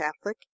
Catholic